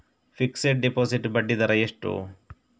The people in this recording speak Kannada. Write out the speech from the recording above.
ಫಿಕ್ಸೆಡ್ ಡೆಪೋಸಿಟ್ ಬಡ್ಡಿ ದರ ಎಷ್ಟು?